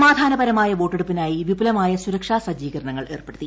സമാധാനപരമായ വോട്ടെടുപ്പിനായി വിപുലമായ സുരക്ഷാ സജ്ജീകരണങ്ങൾ ഏർപ്പെടുത്തി